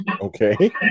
okay